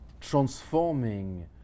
transforming